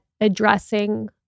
addressing